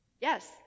Yes